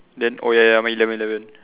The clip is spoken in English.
then oh ya ya mine eleven eleven